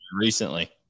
recently